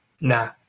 Nah